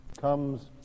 comes